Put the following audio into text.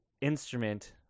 instrument